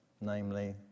namely